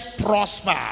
prosper